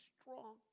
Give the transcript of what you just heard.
strong